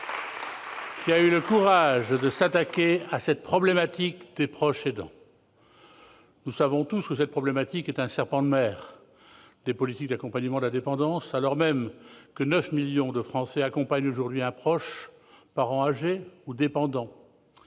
qui a eu le courage de s'attaquer à la problématique des proches aidants. Cette problématique, nous le savons tous, est un serpent de mer des politiques d'accompagnement de la dépendance, alors que 9 millions de Français accompagnent aujourd'hui un proche âgé ou dépendant-